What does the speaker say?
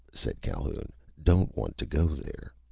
said calhoun, don't want to go there.